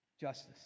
justice